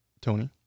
Tony